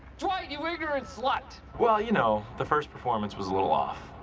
dwight, you ignorant slut. well, you know, the first performance was a little off.